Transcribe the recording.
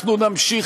אנחנו נמשיך,